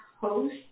host